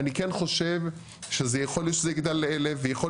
אני כן חושב שיכול להיות שזה יגדל ל-1,000 ויכול